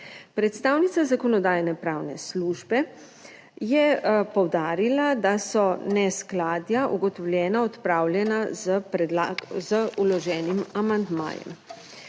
Predstavnica Zakonodajno-pravne službe je poudarila, da so neskladja ugotovljena, odpravljena z vloženim amandmajem.